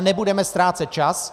Nebudeme ale ztrácet čas.